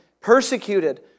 persecuted